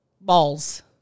Balls